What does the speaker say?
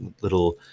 little